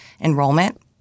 enrollment